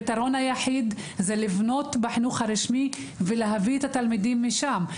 הוא לבנות בחינוך הרשמי ולהביא את התלמידים משם.